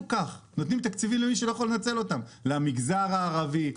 נותנים תקציבים למי שלא יכול לנצל אותם למגזר הערבי,